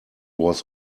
was